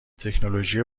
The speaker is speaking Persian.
تکنولوژی